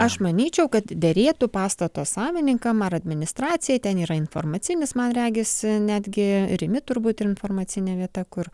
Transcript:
aš manyčiau kad derėtų pastato savininkam ar administracijai ten yra informacinis man regisi netgi rimi turbūt yra informacinė vieta kur